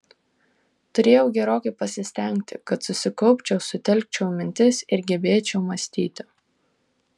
turėjau gerokai pasistengti kad susikaupčiau sutelkčiau mintis ir gebėčiau mąstyti